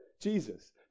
Jesus